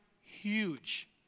huge